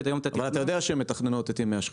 אבל אתה יודע שהן מתכננות את ימי השחיטה.